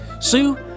Sue